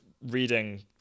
reading